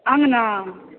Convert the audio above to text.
अङ्गना